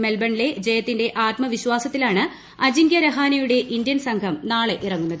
മെൽബണിലെ ജയത്തിന്റെ ആത്മവിശ്വാസത്തിലാണ് അജിൻകൃ രഹാനെയുടെ ഇന്ത്യൻ സംഘം നാളെ ഇറങ്ങുന്നത്